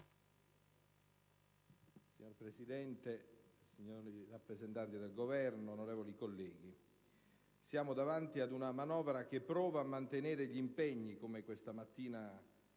Signora Presidente, signori rappresentanti del Governo, onorevoli colleghi, siamo davanti ad una manovra che prova a mantenere - come questa mattina